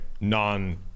non